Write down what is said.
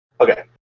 Okay